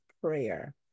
prayer